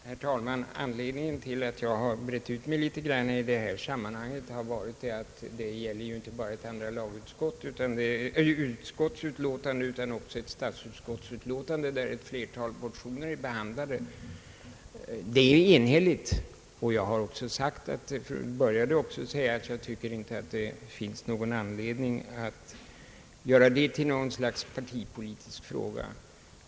"Herr talman! Anledningen till att jag brett ut mig något i detta sammanhang har varit att det ju här inte bara gäller utlåtanden från andra lagutskottet utan även ett utlåtande från statsutskottet, vari ett flertal motioner är behandlade. Det senare utlåtandet är enhälligt och jag började också mitt anförande med att förklara, att jag inte tyckte det fanns anledning att göra detta till något slags partipolitisk fråga.